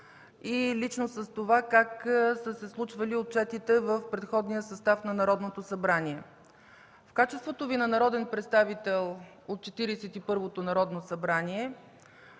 и лично с това как са се случвали отчетите в предходния състав на Народното събрание. В качеството Ви на народен представител от Четиридесет и